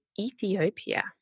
Ethiopia